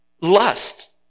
lust